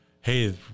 hey